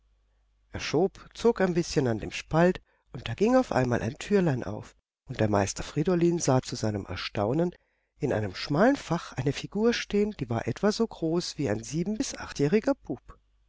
er schob zog ein bißchen an dem spalt und da ging auf einmal ein türlein auf und der meister friedolin sah zu seinem erstaunen in einem schmalen fach eine figur stehen die war etwa so groß wie ein sieben bis achtjähriger bub